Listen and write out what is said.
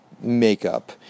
makeup